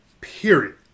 period